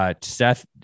Seth